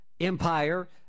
Empire